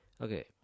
Okay